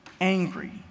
angry